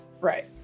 Right